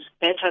better